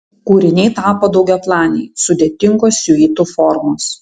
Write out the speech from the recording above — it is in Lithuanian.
kūriniai tapo daugiaplaniai sudėtingos siuitų formos